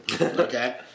Okay